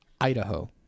Idaho